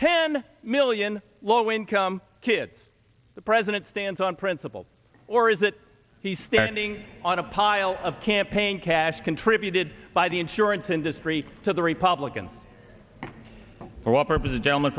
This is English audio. ten million low income kids the president stands on principle or is that he's standing on a pile of campaign cash contributed by the insurance industry to the republicans for what purpose the gentleman